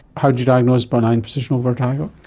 how do you diagnose benign positional vertigo?